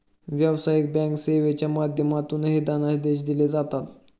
व्यावसायिक बँक सेवेच्या माध्यमातूनही धनादेश दिले जातात